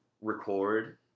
record